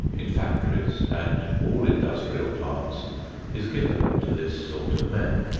in factories and all industrial plants is given to this sort of men.